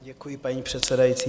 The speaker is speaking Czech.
Děkuji, paní předsedající.